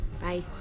Bye